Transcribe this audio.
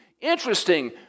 Interesting